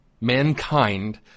Mankind